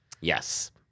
Yes